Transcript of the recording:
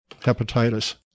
hepatitis